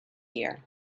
year